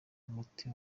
umuti